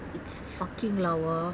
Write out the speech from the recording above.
it's fucking lawa